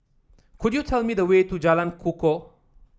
could you tell me the way to Jalan Kukoh